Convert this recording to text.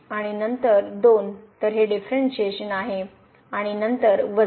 आणि नंतर 2 तर हे डिफरणशिएशन आहे आणि नंतर